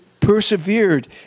persevered